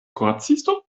kuracisto